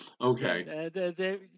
Okay